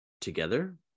together